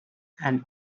and